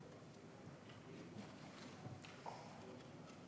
אדוני, בבקשה.